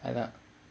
அதான்:athaan